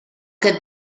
che